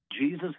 Jesus